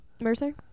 Mercer